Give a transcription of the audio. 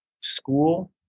school